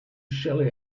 shelly